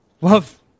Love